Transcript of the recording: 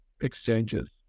exchanges